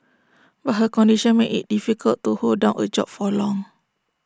but her condition made IT difficult to hold down A job for long